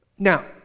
Now